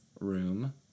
Room